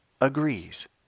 agrees